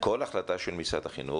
כל החלטה של משרד החינוך?